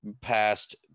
past